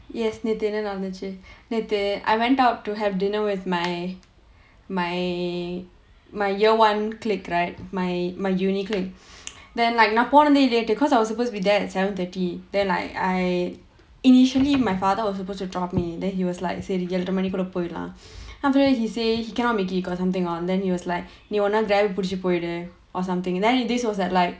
yes நேத்து என்ன நடந்துச்சு நேத்து:nethu enna nadanthuchu nethu I went out to have dinner with my my my year one clique right my my university clique then like நான் போனதே:naan ponathae late because I was supposed to be there at seven thirty then like I initially my father was supposed to drop me then he was like say ஏழரை மணிக்குள்ள போயிரலாம்:ezharai manikulla poiralaam after that he say he cannot make it he got something on then he was like நீ ஒரு நாள்:nee oru naal cab பிடிச்சு போயிரு:pidichu poyiru or something and then this was at like